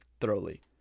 thoroughly